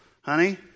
Honey